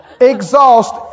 Exhaust